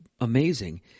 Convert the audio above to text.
amazing